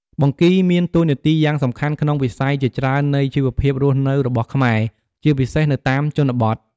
បង្គីមានតួនាទីយ៉ាងសំខាន់ក្នុងវិស័យជាច្រើននៃជីវភាពរស់នៅរបស់ខ្មែរ ជាពិសេសនៅតាមជនបទ។